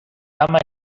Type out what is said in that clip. cama